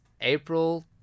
April